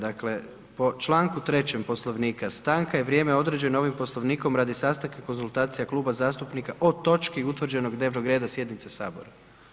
Dakle po članku 3. Poslovnika, „Stanka je vrijeme određeno ovim Poslovnikom radi sastanka i konzultacija kluba zastupnika o točki utvrđenog dnevnog reda sjednice Sabora“